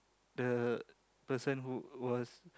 the person who was